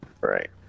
Right